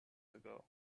ago